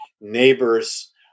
neighbors